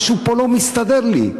משהו פה לא מסתדר לי.